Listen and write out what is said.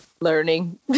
learning